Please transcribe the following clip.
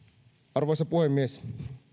arvoisa puhemies